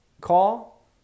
call